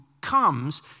comes